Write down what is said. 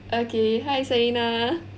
okay hi Selina